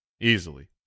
easily